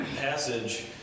passage